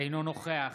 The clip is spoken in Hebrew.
אינו נוכח